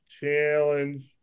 Challenge